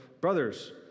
brothers